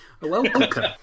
Welcome